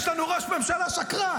יש לנו ראש ממשלה שקרן.